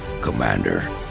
Commander